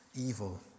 evil